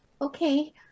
okay